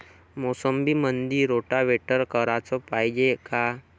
मोसंबीमंदी रोटावेटर कराच पायजे का?